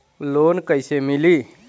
Loan कइसे मिली?